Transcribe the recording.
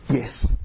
Yes